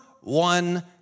one